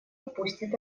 упустит